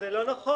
זה לא נכון.